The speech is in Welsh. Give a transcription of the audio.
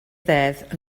ddeddf